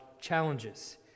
challenges